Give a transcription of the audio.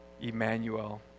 Emmanuel